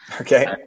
Okay